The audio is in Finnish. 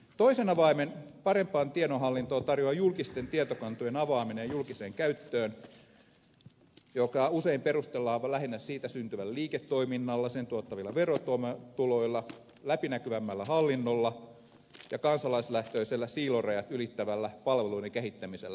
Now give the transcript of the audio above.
toisen avaimen parempaan tiedonhallintoon tarjoaa julkisten tietokantojen avaaminen julkiseen käyttöön jota usein perustellaan lähinnä siitä syntyvällä liiketoiminnalla sen tuottamilla verotuloilla läpinäkyvämmällä hallinnolla ja kansalaislähtöisellä siilorajat ylittävällä palveluiden kehittämisellä